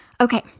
Okay